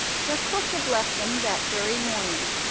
their cook had left them that very morning,